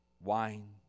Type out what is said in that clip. wine